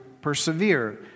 Persevere